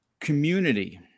Community